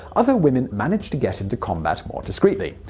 other women managed to get into combat more discretely.